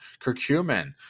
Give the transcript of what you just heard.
Curcumin